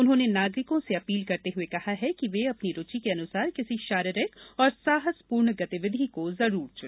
उन्होंने नागरिकों से अपील करते हुए कहा कि वे अपनी रूचि के अनुसार किसी शारीरिक और साहसपूर्ण गतिविधि को जरूर चुने